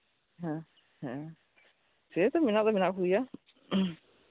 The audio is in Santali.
ᱦᱮᱸ ᱦᱮᱸ ᱥᱮᱭ ᱛᱚ ᱢᱮᱱᱟᱜ ᱫᱚ ᱢᱮᱱᱟᱜ ᱠᱚᱜᱮᱭᱟ